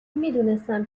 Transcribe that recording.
میدونستم